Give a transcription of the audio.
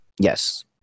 Yes